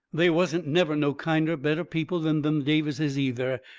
they wasn't never no kinder, better people than them davises, either.